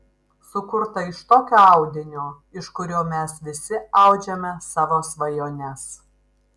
sukurta iš tokio audinio iš kurio mes visi audžiame savo svajones